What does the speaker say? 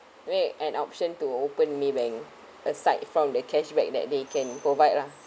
create an option to open MAYBANK aside from the cashback that they can provide lah